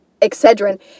excedrin